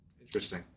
interesting